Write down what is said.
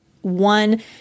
one